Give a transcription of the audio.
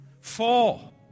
Four